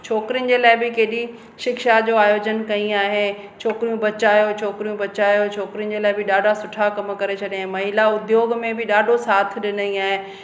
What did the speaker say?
छोकिरियुनि जे लाइ बि केॾी शिक्षा जो आयोजन कई आहे छोकिरियूं बचायो छोकिरियूं बचायो छोकिरियुनि जे लाइ बि ॾाढा सुठा कम करे छॾिया ऐं महिला उद्योगु में बि ॾाढो साथ ॾिनो आहे